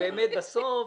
בסוף